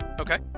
okay